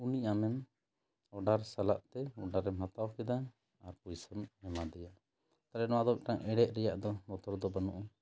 ᱩᱱᱤ ᱟᱢᱮᱢ ᱚᱰᱟᱨ ᱥᱟᱞᱟᱜ ᱛᱮ ᱚᱰᱟᱨ ᱮᱢ ᱦᱟᱛᱟᱣ ᱠᱮᱫᱟ ᱟᱨ ᱯᱩᱭᱥᱟᱹᱢ ᱮᱢᱟ ᱫᱮᱭᱟ ᱛᱟᱦᱚᱞᱮ ᱱᱚᱣᱟ ᱫᱚ ᱢᱤᱫᱴᱟᱝ ᱮᱲᱮᱜ ᱨᱮᱭᱟᱜ ᱫᱚ ᱵᱚᱛᱚᱨ ᱫᱚ ᱵᱟᱹᱱᱩᱜᱼᱟ